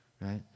right